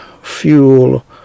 fuel